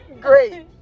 Great